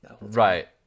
Right